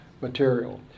material